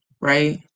right